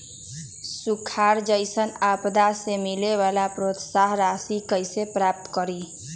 सुखार जैसन आपदा से मिले वाला प्रोत्साहन राशि कईसे प्राप्त करी?